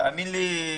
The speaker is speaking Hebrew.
תאמין לי,